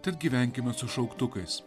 tad gyvenkime su šauktukais